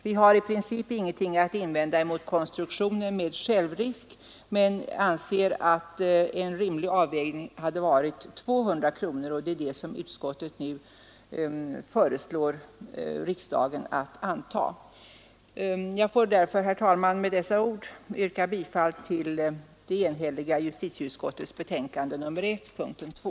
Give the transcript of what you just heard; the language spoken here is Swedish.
Vi har i princip ingenting att invända emot konstruktionen med självrisk men anser att en rimlig avvägning hade varit 200 kronor, och det är det som utskottet föreslår riksdagen att anta. Jag får därför, herr talman, med dessa ord yrka bifall till justitieutskottets enhälliga betänkande nr 1, punkten 2.